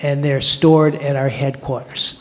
and they're stored at our headquarters